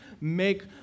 make